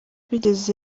bigeze